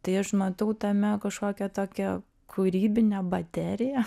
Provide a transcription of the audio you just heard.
tai aš matau tame kažkokią tokią kūrybinę bateriją